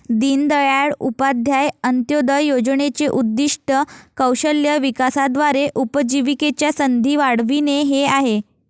दीनदयाळ उपाध्याय अंत्योदय योजनेचे उद्दीष्ट कौशल्य विकासाद्वारे उपजीविकेच्या संधी वाढविणे हे आहे